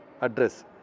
address